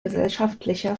gesellschaftlicher